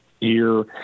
year